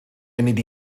munud